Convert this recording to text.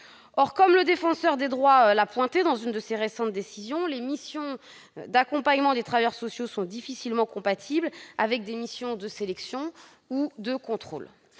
Or, comme le Défenseur des droits l'a souligné dans une de ses récentes décisions, les missions d'accompagnement des travailleurs sociaux sont difficilement compatibles avec des missions de sélection ou de contrôle.